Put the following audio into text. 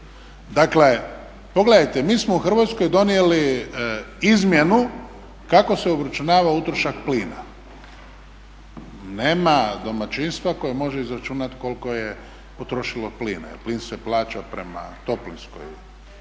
usluge. Pogledajte, mi smo u Hrvatskoj donijeli izmjenu kako se obračunava utrošak plina. Nema domaćinstva koje može izračunati koliko je potrošilo plina jer plin se plaća prema toplinskoj